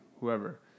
Whoever